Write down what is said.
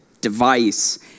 device